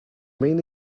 main